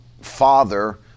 Father